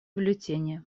бюллетени